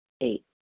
Eight